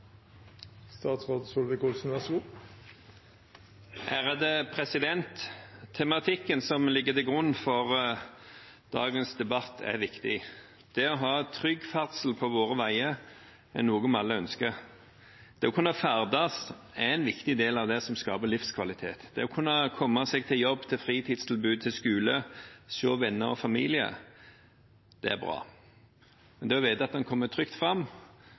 viktig. Det å ha trygg ferdsel på våre veier er noe vi alle ønsker. Det å kunne ferdes er en viktig del av det som skaper livskvalitet. Det å kunne komme seg til jobb, fritidstilbud og skole og kunne se venner og familie er bra. Men det å vite at en kommer trygt fram,